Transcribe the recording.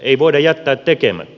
ei voida jättää tekemättä